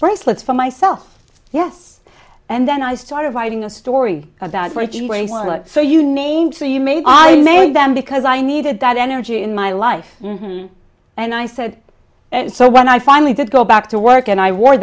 bracelets for myself yes and then i started writing a story about so you named so you made i made them because i needed that energy in my life and i said so when i finally did go back to work and i wore